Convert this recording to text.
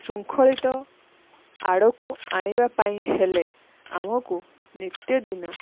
ଶୃଙ୍ଖଳିତ ଆଡ଼କୁ ଆଣିବା ପାଇଁ ହେଲେ ଆମକୁ ନିତ୍ୟଦିନ